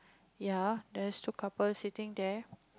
ya there's two couple sitting there